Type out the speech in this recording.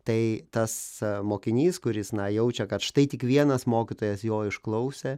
tai tas mokinys kuris na jaučia kad štai tik vienas mokytojas jo išklausė